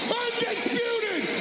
undisputed